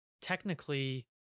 technically